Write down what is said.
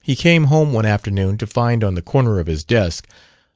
he came home one afternoon to find on the corner of his desk